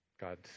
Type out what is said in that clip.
God